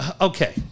Okay